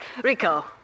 Rico